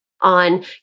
on